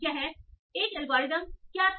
यह एल्गोरिथम क्या था